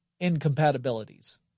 incompatibilities